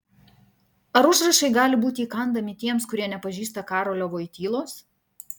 ar užrašai gali būti įkandami tiems kurie nepažįsta karolio voitylos